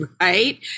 right